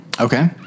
Okay